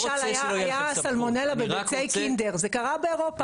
למשל היה סלמונלה בביצי קינדר, זה קרה באירופה.